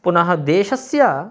पुनः देशस्य